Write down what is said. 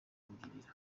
kungirira